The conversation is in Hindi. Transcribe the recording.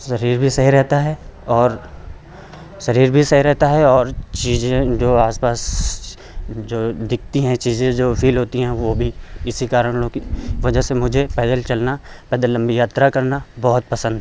शरीर भी सही रहता है और शरीर भी सही रहता है और चीज़ें जो आस पास जो दिखती हैं चीजें जो फील होती हैं वो भी इसी कारणों की वजह से मुझे पैदल चलना पैदल लम्बी यात्रा करना बहुत पसंद है